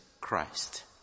Christ